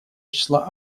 числа